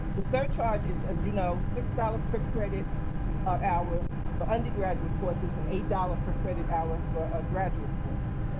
the surcharge is as you know six dollars per credit um hour for undergraduate courses and eight dollars per credit hour for ah graduate courses,